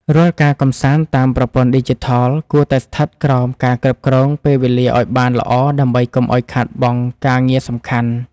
រាល់ការកម្សាន្តតាមប្រព័ន្ធឌីជីថលគួរតែស្ថិតក្រោមការគ្រប់គ្រងពេលវេលាឱ្យបានល្អដើម្បីកុំឱ្យខាតបង់ការងារសំខាន់។